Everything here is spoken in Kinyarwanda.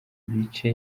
bice